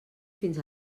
fins